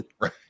Right